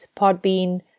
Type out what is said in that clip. Podbean